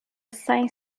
saint